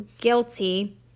guilty